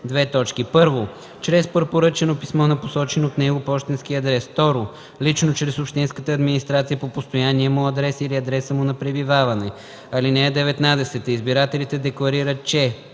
за гласуване: 1. чрез препоръчано писмо на посочен от него пощенски адрес; 2. лично чрез общинската администрация по постоянния му адрес или адреса му на пребиваване. (19) Избирателите декларират, че: